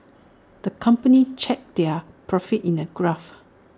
the company charted their profits in A graph